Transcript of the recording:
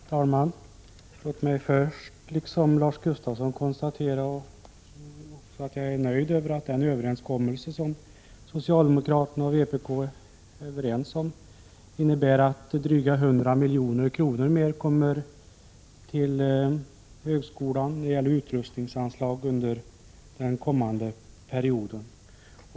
Herr talman! Låt mig först konstatera att jag, liksom Lars Gustafsson, är nöjd med att den överenskommelse som socialdemokraterna och vpk är överens om innebär att drygt 100 milj.kr. mer i form av utrustningsanslag går till högskolan under den kommande perioden.